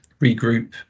regroup